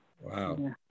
Wow